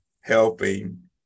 helping